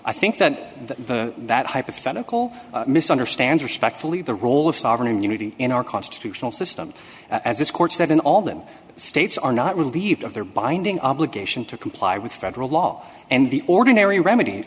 i think that that hypothetical misunderstands respectfully the role of sovereign immunity in our constitutional system as this court said in all the states are not relieved of their binding obligation to comply with federal law and the ordinary remedies